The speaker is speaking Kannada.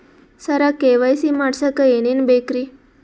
ಸರ ಕೆ.ವೈ.ಸಿ ಮಾಡಸಕ್ಕ ಎನೆನ ಬೇಕ್ರಿ?